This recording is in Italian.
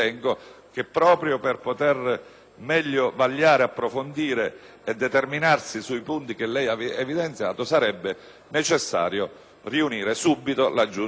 meglio vagliare, approfondire e determinarsi sui punti che lei ha evidenziato, sarebbe necessario riunire subito la Giunta per il Regolamento.